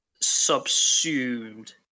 subsumed